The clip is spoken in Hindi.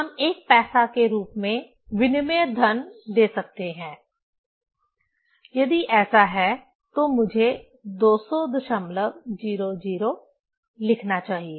हम 1 पैसा के रूप में विनिमय धन दे सकते हैं यदि ऐसा है तो मुझे 20000 लिखना चाहिए